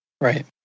Right